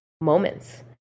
moments